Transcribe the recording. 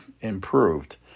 improved